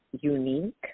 unique